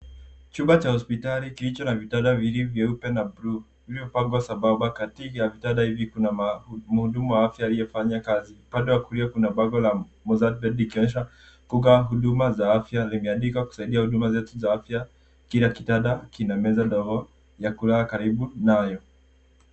Chumba cha hospitali kilicho na vitanda viwili vyeupe na bluu vilivyo pangwa sambamba. Kati ya vitanda hivi kuna mhudumu wa afya aliye fanya kazi. Upande wa kulia kuna bango la Mozat Bet likionyesha kuwa huduma za afya inahitajika kusaidia huduma zetu za afya kila kitanda kina meza ndogo ya kulala karibu nayo.